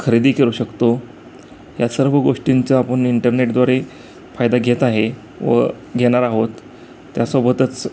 खरेदी करू शकतो या सर्व गोष्टींचा आपण इंटरनेटद्वारे फायदा घेत आहे व घेणार आहोत त्यासोबतच